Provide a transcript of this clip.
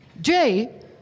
Jay